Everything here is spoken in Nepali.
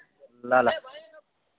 ल ल